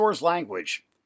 language